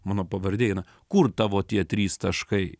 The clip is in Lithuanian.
mano pavardė eina kur tavo tie trys taškai